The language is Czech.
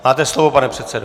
Máte slovo, pane předsedo.